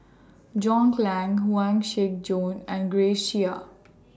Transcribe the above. John Clang Huang Shiqi Joan and Grace Chia